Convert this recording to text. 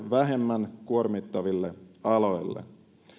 vähemmän kuormittaville aloille